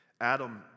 Adam